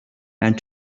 and